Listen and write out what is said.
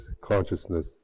consciousness